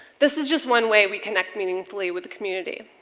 this is just one way we connect meaningfully with the community.